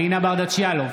אלינה ברדץ' יאלוב,